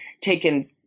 taken